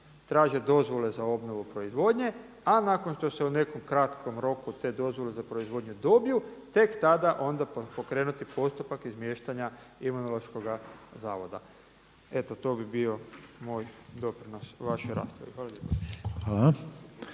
traže dozvole za obnovu proizvodnje, a nakon što se u nekom kratkom roku te dozvole za proizvodnju dobiju, tek tada onda pokrenuti postupak izmještanja Imunološkoga zavoda. Eto, to bi bio moj doprinos vašoj raspravi. Hvala